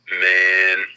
Man